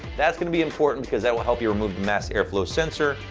that's gonna be important, because that will help you remove the mass airflow sensor,